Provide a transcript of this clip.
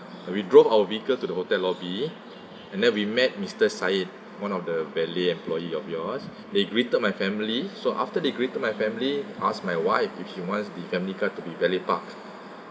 and we drove our vehicle to the hotel lobby and then we met mister sayid one of the valet employee of yours they greeted my family so after they greeted my family ask my wife if she wants the family car to be valet park